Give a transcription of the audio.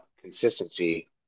consistency